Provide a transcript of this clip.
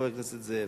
חבר הכנסת זאב.